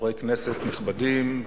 חברי כנסת נכבדים,